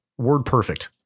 WordPerfect